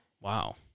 Wow